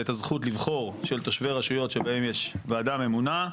את הזכות לבחור של תושבי רשויות שבהן יש ועדה ממונה.